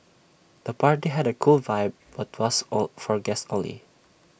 the party had A cool vibe but was for guests only